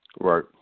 Right